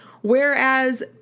whereas